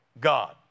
God